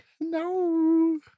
No